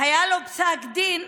היה לו פסק דין,